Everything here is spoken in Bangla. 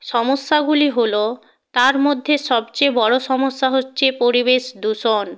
সমস্যাগুলি হলো তার মধ্যে সবচেয়ে বড়ো সমস্যা হচ্ছে পরিবেশ দূষণ